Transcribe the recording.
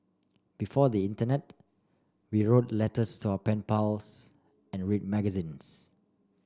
before the internet we wrote letters to our pen pals and read magazines